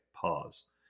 pause